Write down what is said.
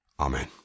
Amen